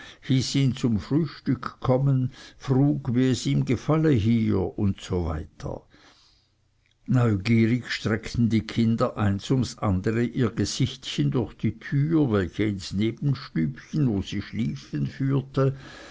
hieß ihn zum frühstück kommen frug wie es ihm gefalle hier usw neugierig streckten die kinder eins ums andere ihre gesichtchen durch die türe welche ins nebenstübchen wo sie schliefen führte